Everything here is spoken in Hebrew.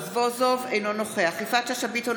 אינו נוכח יפעת שאשא ביטון,